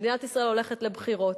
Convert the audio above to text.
מדינת ישראל הולכת לבחירות.